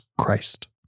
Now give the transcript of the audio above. Christ